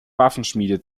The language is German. waffenschmiede